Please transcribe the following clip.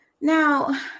Now